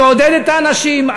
תעודד את האנשים.